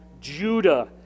Judah